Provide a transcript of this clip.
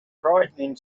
frightening